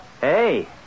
Hey